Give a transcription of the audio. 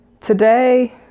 Today